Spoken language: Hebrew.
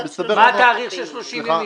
מה התאריך של 30 ימים.